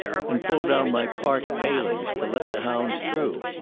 and pull down my park palings to let the hounds through.